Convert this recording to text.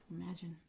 imagine